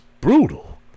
brutal